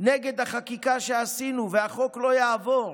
נגד החקיקה שעשינו והחוק לא יעבור.